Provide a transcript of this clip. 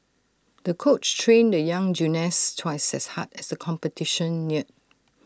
the coach trained the young gymnast twice as hard as the competition neared